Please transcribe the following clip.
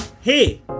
hey